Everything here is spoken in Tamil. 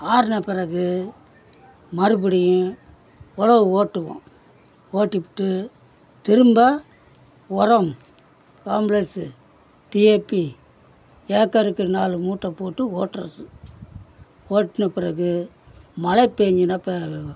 ஆறுன பிறகு மறுபடியும் உலவு ஓட்டுவோம் ஓட்டிப்புட்டு திரும்ப உரம் காம்ப்ளெக்ஸு டிஏபி ஏக்கருக்கு நாலு மூட்டை போட்டு ஓட்டுறது ஓட்டுன பிறகு மலை பெஞ்சிதுன்னா இப்போ